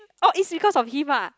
oh is because of him ah